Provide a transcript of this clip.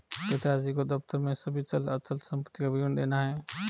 पिताजी को दफ्तर में सभी चल अचल संपत्ति का विवरण देना है